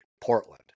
Portland